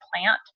plant